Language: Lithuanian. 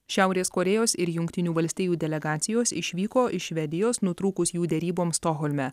šiaurės korėjos ir jungtinių valstijų delegacijos išvyko iš švedijos nutrūkus jų deryboms stokholme